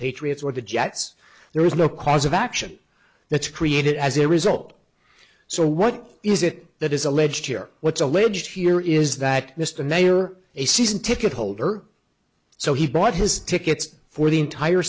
patriots or the jets there is no cause of action that's created as a result so what is it that is alleged here what's alleged here is that mr mayor a season ticket holder so he bought his tickets for the entire